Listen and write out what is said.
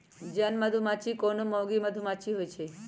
जन मधूमाछि कोनो मौगि मधुमाछि होइ छइ